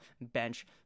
bench